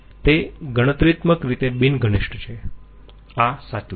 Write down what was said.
તે ગણતરીત્મક રીતે બિન ઘનિષ્ઠ છે આ સાચું છે